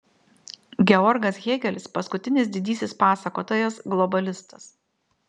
georgas hėgelis paskutinis didysis pasakotojas globalistas